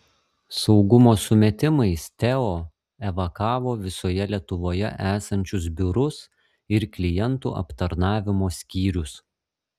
saugumo sumetimais teo evakavo visoje lietuvoje esančius biurus ir klientų aptarnavimo skyrius